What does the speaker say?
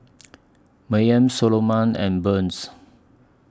Mayme Soloman and Burns